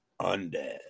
undead